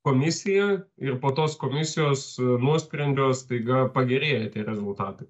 komisija ir po tos komisijos nuosprendžio staiga pagerėja rezultatai